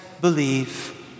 believe